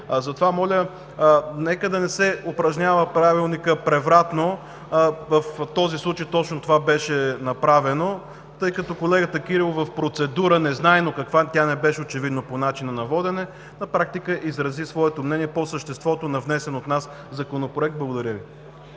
Затова моля, нека да не се упражнява Правилникът превратно – в този случай точно това беше направено – тъй като колегата Кирилов в процедура, незнайно каква, тя не беше очевидно по начина на водене, на практика изрази своето мнение по съществото на внесен от нас законопроект. Благодаря Ви.